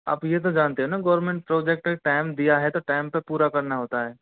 आप ये तो जानते हैं न गवर्मेंट प्रोजेक्ट टाइम दिया है तो टाइम पे पूरा करना होता है